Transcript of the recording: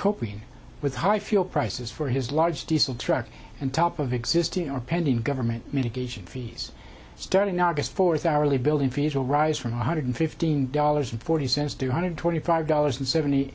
coping with high fuel prices for his large diesel truck and top of existing or pending government medication fees starting august fourth hourly building fees will rise from one hundred fifteen dollars and forty cents to hundred twenty five dollars and seventy